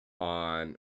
on